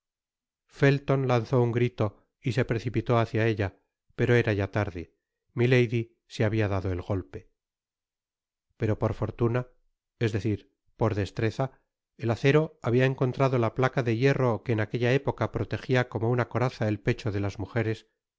felton lanzó un grito y se precipitó hácia ella pero era ya tarde milady se habia dado el golpe content from google book search generated at pero por fortuna es decir por destreza el acero habia encontrado la placa de hierro que en aquella época protegia como una coraza el pecho de las mujeres y